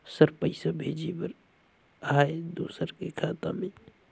Sir पइसा भेजे बर आहाय दुसर के खाता मे?